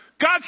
God